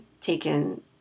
taken